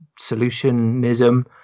solutionism